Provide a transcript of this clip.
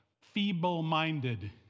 feeble-minded